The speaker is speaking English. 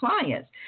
clients